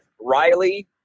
Riley